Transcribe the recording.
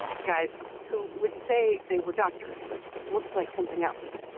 guys who would say they were doctors but looked like something else,